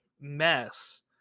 mess